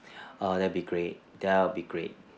err that will be great that will be great